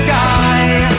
die